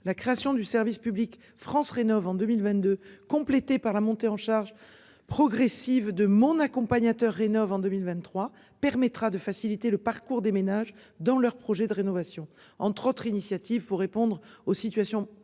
la création du service public France rénove en 2022, complété par la montée en charge progressive de mon accompagnateur rénove en 2023 permettra de faciliter le parcours des ménages dans leur projet de rénovation entre autres initiatives pour répondre aux situations problématiques